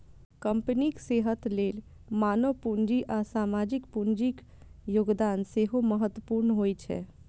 कंपनीक सेहत लेल मानव पूंजी आ सामाजिक पूंजीक योगदान सेहो महत्वपूर्ण होइ छै